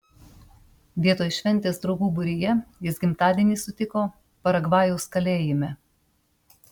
vietoj šventės draugų būryje jis gimtadienį sutiko paragvajaus kalėjime